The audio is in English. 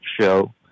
show